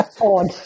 odd